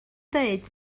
dweud